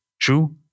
true